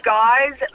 guys